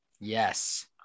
Yes